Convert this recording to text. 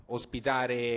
ospitare